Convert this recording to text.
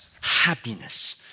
happiness